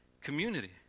community